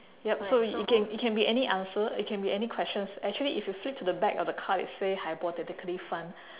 yup so it can it can be any answer it can be any questions actually if you flip to the back of the card it say hypothetically fun